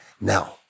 Now